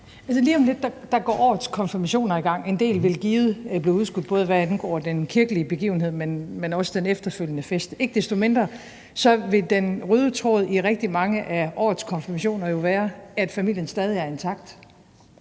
Lige om lidt går årets konfirmationer i gang, og en del vil givet blive udskudt, både hvad angår den kirkelige begivenhed, men også den efterfølgende fest. Ikke desto mindre vil den røde tråd i rigtig mange af årets konfirmationer jo være, at familien stadig er intakt,